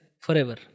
forever